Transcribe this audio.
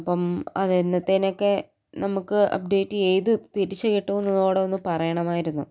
അപ്പം അത് എന്നത്തേന് ഒക്കെ നമുക്ക് അപ്ഡേറ്റ് ചെയ്ത് തിരിച്ച് കിട്ടുമോന്ന് കൂടെ ഒന്ന് പറയണമായിരുന്നു